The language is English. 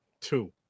Two